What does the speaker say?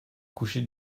coucher